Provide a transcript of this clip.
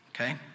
okay